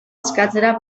eskatzera